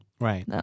Right